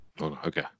Okay